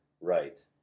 Right